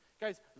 Guys